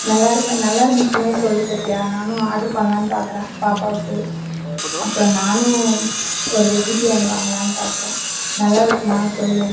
நல்லா இருந்து நல்லா இருந்துச்சுன்னா சொல்லு சத்யா நானும் ஆர்டர் பண்ணலானு பாக்கிறேன் பாப்பாவுக்கு அப்புறம் நானும் ஒரு வெஜ் பிரியாணி வாங்கலாம்னு பாக்கிறேன் நல்லா இருக்குமா சொல்லு